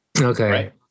Okay